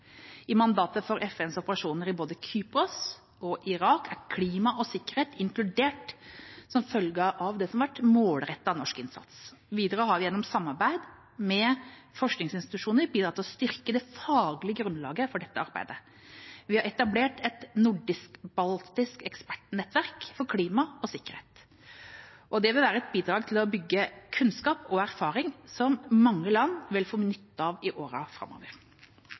I mandatene for FNs operasjoner i både Kypros og Irak er klima og sikkerhet inkludert som følge av målrettet norsk innsats. Videre har vi gjennom samarbeid med forskningsinstitusjoner bidratt til å styrke det faglige grunnlaget for dette arbeidet. Vi har etablert et nordisk-baltisk ekspertnettverk for klima og sikkerhet. Det vil være et bidrag til å bygge kunnskap og erfaring som mange land vil få nytte av i årene framover.